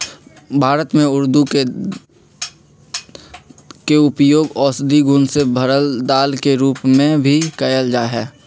भारत में उर्दी के दाल के उपयोग औषधि गुण से भरल दाल के रूप में भी कएल जाई छई